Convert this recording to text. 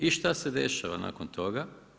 I šta se dešava nakon toga?